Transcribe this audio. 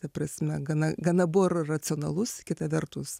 ta prasme gana gana buvo ir racionalus kita vertus